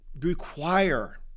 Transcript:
require